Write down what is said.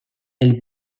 elle